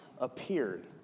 appeared